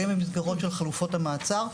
גם במסגרות של חלופות המאסר,